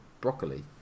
broccoli